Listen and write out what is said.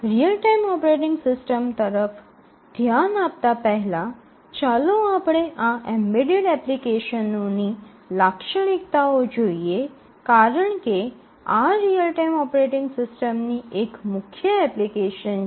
real time operating system તરફ ધ્યાન આપતા પહેલા ચાલો આપણે આ એમ્બેડેડ એપ્લિકેશનોની લાક્ષણિકતાઓ જોઈએ કારણ કે આ રીઅલ ટાઇમ ઓપરેટિંગ સિસ્ટમ્સની એક મુખ્ય એપ્લિકેશન છે